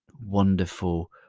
wonderful